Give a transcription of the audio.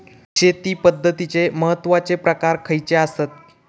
शेती पद्धतीचे महत्वाचे प्रकार खयचे आसत?